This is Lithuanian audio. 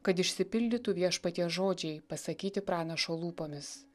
kad išsipildytų viešpaties žodžiai pasakyti pranašo lūpomis